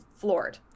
floored